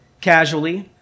Casually